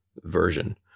version